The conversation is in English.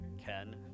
Ken